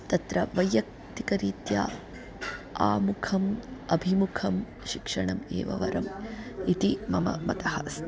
तत्र वैयक्तिकरीत्या आमुखम् अभिमुखं शिक्षणम् एव वरम् इति मम मतः अस्ति